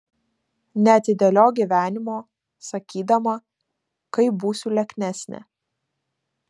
neatidėliok gyvenimo sakydama kai būsiu lieknesnė